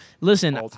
Listen